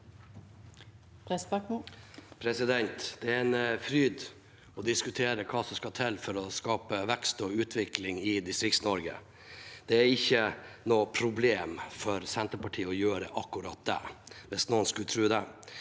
Det er en fryd å diskutere hva som skal til for å skape vekst og utvikling i Distrikts-Norge. Det er ikke noe problem for Senterpartiet å gjøre akkurat det, hvis noen skulle tro det.